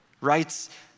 writes